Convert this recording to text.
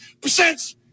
percent